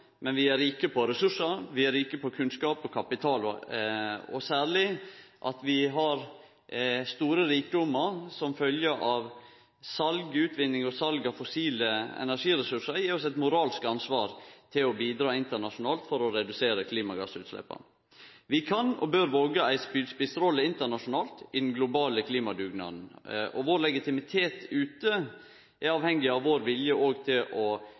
men vi er rike på ressursar, og vi er rike på kunnskap og kapital. Særleg det at vi har store rikdomar som følgje av utvinning og sal av fossile energiressursar, gir oss eit moralsk ansvar for å bidra internasjonalt for å redusere klimagassutsleppa. Vi kan og bør våge ei spydspissrolle internasjonalt i den globale klimadugnaden, og vår legitimitet ute er avhengig av vår vilje til å